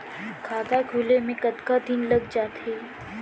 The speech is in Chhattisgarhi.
खाता खुले में कतका दिन लग जथे?